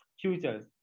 futures